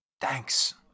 Thanks